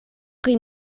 pri